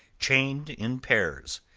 chained in pairs,